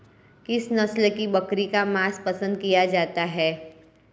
किस नस्ल की बकरी का मांस पसंद किया जाता है?